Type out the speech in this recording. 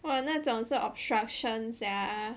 !wah! 那种是 obstruction sia